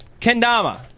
Kendama